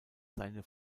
seine